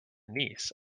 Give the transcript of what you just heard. niece